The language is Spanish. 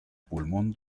pulmón